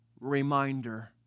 reminder